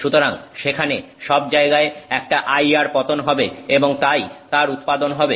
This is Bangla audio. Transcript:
সুতরাং সেখানে সব জায়গায় একটা IR পতন হবে এবং তাই তার উৎপাদন হবে